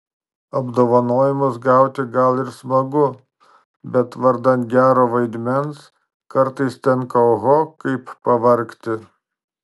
apdovanojimus gauti gal ir smagu bet vardan gero vaidmens kartais tenka oho kaip pavargti